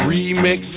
Remix